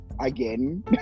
again